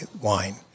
wine